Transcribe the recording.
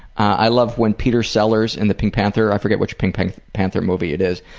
i love when peter sellers and the pink panther, i forget which pink pink panther movie it is,